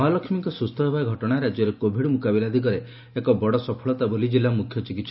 ମହାଲକ୍ଷୀଙ୍କ ସ୍ପୁସ୍ ହେବା ଘଟଣା ରାଜ୍ୟରେ କୋଭିଡ୍ ମୁକାବିଲା ଦିଗରେ ଏକ ବଡ଼ ସଫଳତା ବୋଲି କିଲ୍ଲୁ ମୁଖ୍ୟ ଚିକିସ୍